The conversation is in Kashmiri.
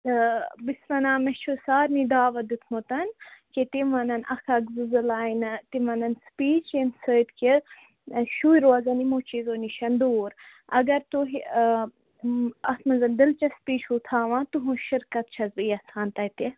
تہٕ بہٕ چھَس ونان مےٚ چھُ سارِنٕے دعوت دیُتمُت کہِ تِم وَنَن اَکھ اَکھ زٕ زٕ لاینہٕ تِم ونَن سُپیٖچ ییٚمہِ سۭتۍ کہِ شُرۍ روزن یمو چیٖزو نِش دوٗر اگر تُہۍ اَتھ منٛز دِلچسپی چھُو تھاوان تُہٕنٛز شِرکت چھَس بہٕ یَژھان تتہِ